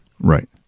Right